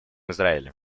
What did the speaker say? израиля